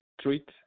treat